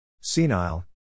Senile